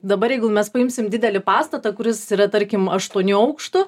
dabar jeigu mes paimsim didelį pastatą kuris yra tarkim aštuonių aukštų